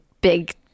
big